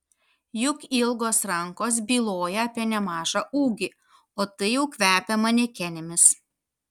juk ilgos rankos byloja apie nemažą ūgį o tai jau kvepia manekenėmis